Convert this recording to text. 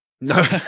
No